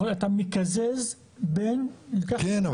אתה מקזז בין --- כן,